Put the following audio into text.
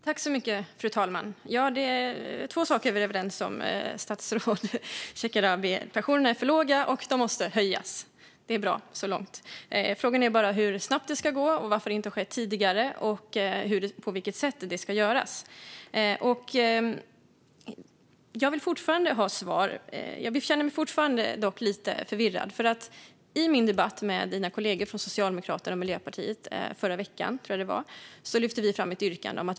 Fru talman! Vi är överens om två saker, statsrådet Shekarabi: pensionerna är för låga, och de måste höja. Det är bra så långt. Frågan är bara hur snabbt det ska gå, varför det inte har skett tidigare och på vilket sätt det ska göras. Jag vill fortfarande ha svar. Jag känner mig lite förvirrad. I min debatt med dina kollegor från Socialdemokraterna och Miljöpartiet förra veckan, tror jag det var, lyfte vi fram ett yrkande.